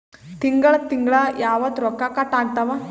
ತಿಂಗಳ ತಿಂಗ್ಳ ಯಾವತ್ತ ರೊಕ್ಕ ಕಟ್ ಆಗ್ತಾವ?